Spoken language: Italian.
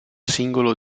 singolo